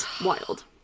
wild